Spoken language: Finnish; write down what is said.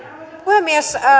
puhemies